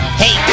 hey